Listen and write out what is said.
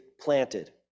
planted